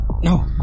No